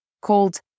called